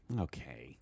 okay